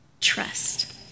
trust